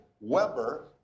Weber